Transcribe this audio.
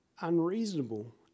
unreasonable